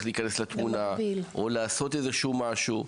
להיכנס לתמונה או לעשות איזשהו משהו.